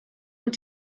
und